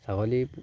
ছাগলী